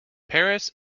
paris